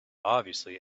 obviously